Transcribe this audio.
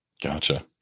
Gotcha